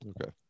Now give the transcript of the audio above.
Okay